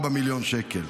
4 מיליוני שקלים.